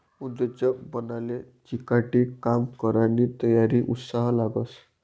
उद्योजक बनाले चिकाटी, काम करानी तयारी, उत्साह लागस